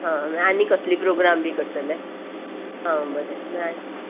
हां आनी कसले प्रोग्राम करतले हां बरें बाय